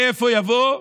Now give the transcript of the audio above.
מאיפה יבואו?